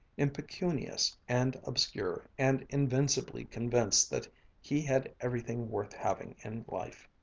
impecunious and obscure and invincibly convinced that he had everything worth having in life.